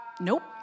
Nope